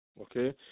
Okay